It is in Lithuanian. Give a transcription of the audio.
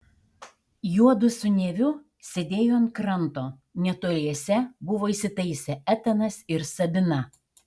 juodu su neviu sėdėjo ant kranto netoliese buvo įsitaisę etanas ir sabina